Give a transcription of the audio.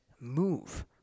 move